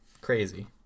crazy